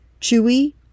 chewy